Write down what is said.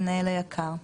מנהל היק"ר.